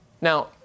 Now